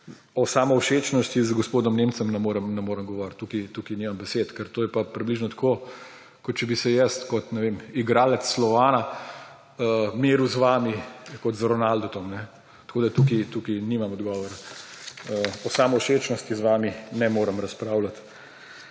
o samovšečnosti z gospodom Nemcem na morem govoriti, tukaj nimam besed. Ker to je pa približno tako, kot če bi se jaz kot igralec Slovana, meril z vami kot Ronaldom. Tukaj nimam odgovora. O samovšečnosti z vami ne morem razpravljati.